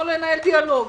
דיאלוג.